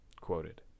Quoted